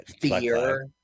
fear